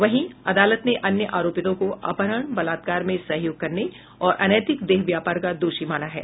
वहीं अदालत ने अन्य आरोपितों को अपहरण बलात्कार में सहयोग करने और अनैतिक देह व्यापार का दोषी माना है